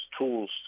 tools